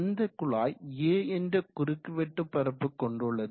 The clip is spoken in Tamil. அந்த குழாய் A என்ற குறுக்கு வெட்டுப் பரப்பு கொண்டுள்ளது